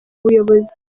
buyobozi